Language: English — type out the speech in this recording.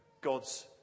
God's